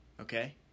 okay